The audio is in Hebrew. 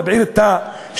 מבעיר את השטח,